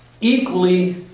Equally